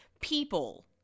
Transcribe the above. people